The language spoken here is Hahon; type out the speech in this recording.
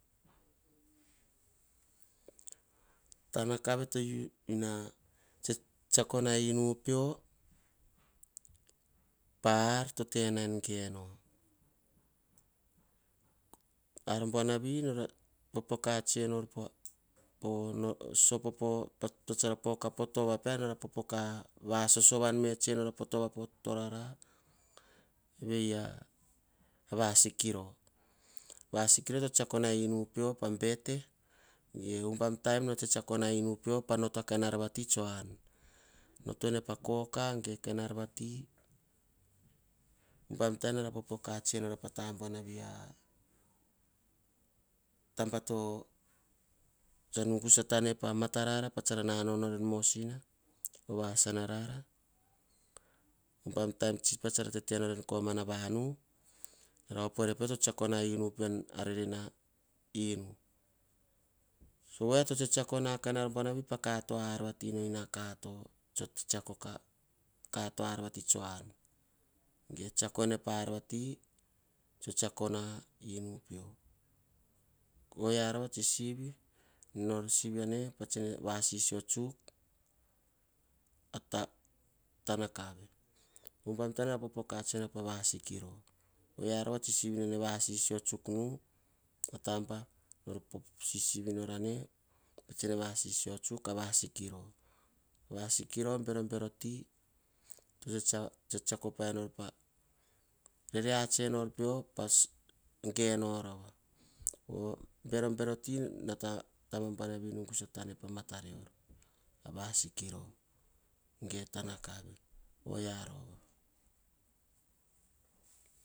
Tana kave toh tsitsakona tana kave peo pah taba to tena pah geno. Poka vasosovan menora poh tova poh torara vei avasikiro, vasikiro to tsitakona enu pah noto a kain ar vati tso an noto ene na kokja gu akain ar vati an nara popoka tsi enor pah tabuavi. Ovia ataba tsa nugu sata ne pa matarara. Tso vasana arara. Hubam taim tsara tetenora en komana vanu. Opoere pio to tsektseako na inu pio en tsin tena enu, sovo oyia to tsetse kona ar buanavi. To ena kato ar no inakoto tso tsiako kah kato arno ena an.